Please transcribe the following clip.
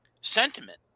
sentiment